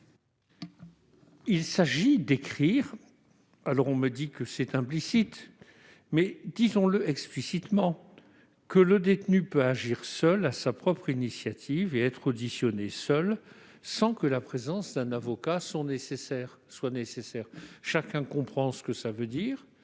vise à préciser- on m'a affirmé que c'était implicite, mais écrivons-le explicitement -que le détenu peut agir seul, sur sa propre initiative, et être auditionné seul sans que la présence d'un avocat soit nécessaire. Chacun comprendra ce que cela veut dire,